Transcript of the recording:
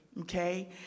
okay